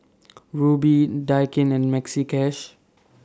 Rubi Daikin and Maxi Cash